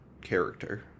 character